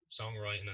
songwriting